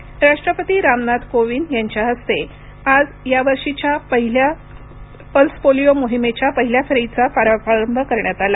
polio राष्ट्रपती रामनाथ कोविंद यांच्या हस्ते आज यावर्षीच्या पल्स पोलिओ मोहिमेच्या पहिल्या फेरीचा प्रारंभ करण्यात आला